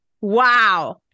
wow